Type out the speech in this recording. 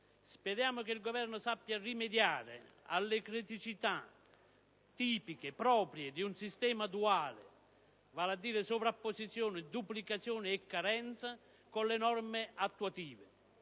Speriamo che il Governo sappia rimediare alle criticità proprie di un sistema duale, vale a dire sovrapposizioni, duplicazioni e carenze, con le norme attuative;